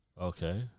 okay